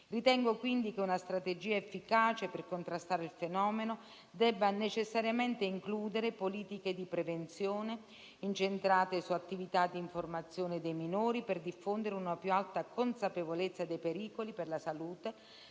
Ritengo quindi che una strategia efficace per contrastare il fenomeno debba necessariamente includere politiche di prevenzione incentrate su attività d'informazione dei minori per diffondere una più alta consapevolezza dei pericoli per la salute